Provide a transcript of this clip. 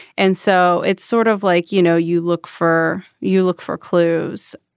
and so it's sort of like you know you look for you look for clues.